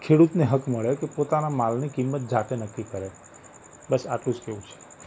ખેડૂતને હક મળે કે પોતાના માલની કિંમત જાતે નક્કી કરે બસ આટલું જ કહેવું છે